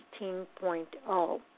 16.0